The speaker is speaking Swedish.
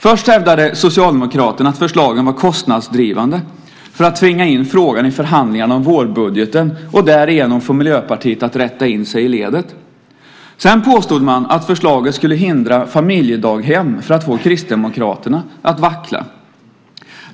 Först hävdade Socialdemokraterna att förslagen var kostnadsdrivande för att tvinga in frågan i förhandlingarna om vårbudgeten och därigenom få Miljöpartiet att rätta in sig i ledet. Sedan påstod man att förslaget skulle hindra familjedaghem för att få Kristdemokraterna att vackla.